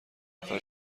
نفر